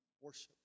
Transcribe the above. worship